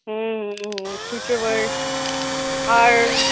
হুম হুম খুচরো পয়সা আর